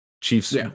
Chiefs